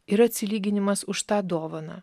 ir atsilyginimas už tą dovaną